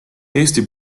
eesti